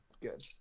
good